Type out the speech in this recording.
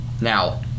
Now